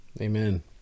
Amen